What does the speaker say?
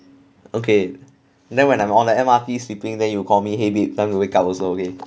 okay then when I'm on the M_R_T sleeping then you call me !hey! babe time to wake up also okay